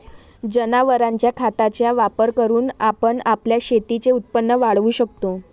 जनावरांच्या खताचा वापर करून आपण आपल्या शेतीचे उत्पन्न वाढवू शकतो